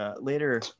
Later